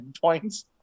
points